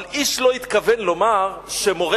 אבל איש לא התכוון לומר שמורה